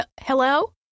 hello